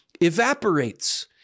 evaporates